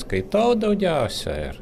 skaitau daugiausiai ir